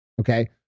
Okay